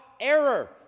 error